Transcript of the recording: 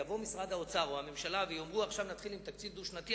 יבוא משרד האוצר או הממשלה ויאמרו: עכשיו נתחיל עם תקציב דו-שנתי.